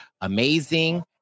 amazing